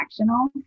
transactional